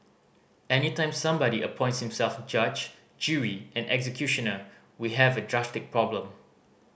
any time somebody appoints himself judge jury and executioner we have a drastic problem